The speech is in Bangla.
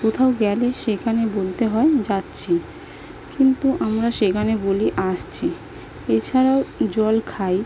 কোথাও গেলে সেখানে বলতে হয় যাচ্ছি কিন্তু আমরা সেখানে বলি আসছি এছাড়াও জল খাই